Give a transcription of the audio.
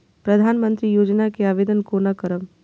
प्रधानमंत्री योजना के आवेदन कोना करब?